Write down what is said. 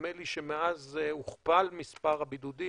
נדמה לי שמאז הוכפל מספר הבידודים.